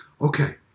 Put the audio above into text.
Okay